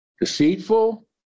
deceitful